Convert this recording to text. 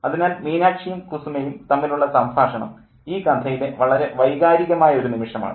അതിനാൽ മീനാക്ഷിയും കുസുമയും തമ്മിലുള്ള സംഭാഷണം ഈ കഥയിലെ വളരെ വൈകാരികമായ ഒരു നിമിഷമാണ്